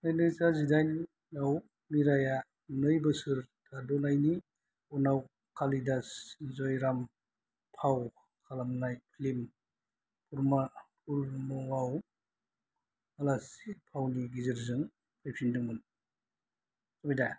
नैरोजा जिदाइनआव मीराया नै बोसोर थाथ'नायनि उनाव कालीदास जयराम फाव खालामनाय फिल्म पुपरमआव आलासि फावनि गेजेरजों फैफिनदोंमोन